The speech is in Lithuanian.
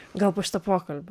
gal po šito pokalbio